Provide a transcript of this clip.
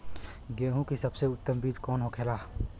गेहूँ की सबसे उत्तम बीज कौन होखेला?